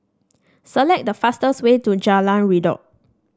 select the fastest way to Jalan Redop